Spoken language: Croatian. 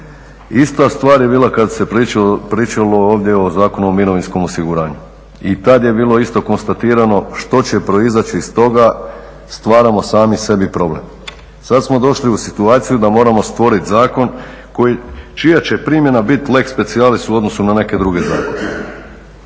Ista stvar je bila kad se pričalo ovdje o Zakonu o mirovinskom osiguranju i tad je bilo isto konstatirano što će proizaći iz toga, stvaramo sami sebi problem. Sad smo došli u situaciju da moramo stvoriti zakon čija će primjena biti lex specialis u odnosu na neke druge zakone.